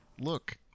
Look